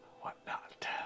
whatnot